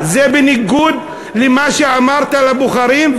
זה בניגוד למה שאמרת לבוחרים,